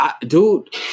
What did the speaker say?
dude